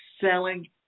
selling